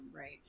right